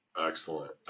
Excellent